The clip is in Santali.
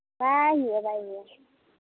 ᱵᱟᱭ ᱦᱩᱭᱩᱜᱼᱟ ᱵᱟᱭ ᱦᱩᱭᱩᱜᱼᱟ